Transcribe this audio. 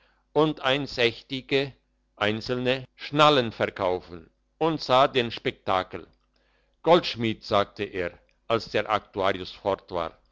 und einsechtige einzelne schnallen verkaufen und sah den spektakel goldschmied sagte er als der aktuarius fort war